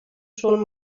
schon